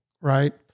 Right